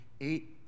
eight